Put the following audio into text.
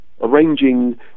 arranging